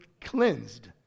cleansed